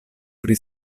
pri